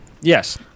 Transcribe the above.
yes